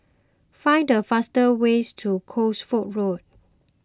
find the fastest ways to Cosford Road